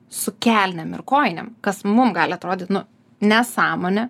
su kelnėm ir kojinėm kas mum gali atrodyt nu nesąmonė